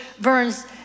burns